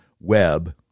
Web